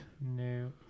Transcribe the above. No